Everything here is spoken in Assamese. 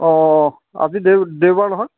অঁ আজি দেউ দেওবাৰ নহয়